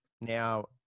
now